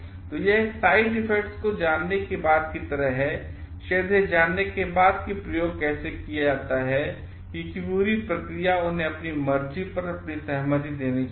तो यह side effects को जानने के बाद की तरह है शायद यह जानने के बाद कि प्रयोग कैसे किया जाता है की पूरी प्रक्रिया उन्हें अपनी मर्जी पर अपनी सहमति देनी चाहिए